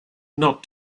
not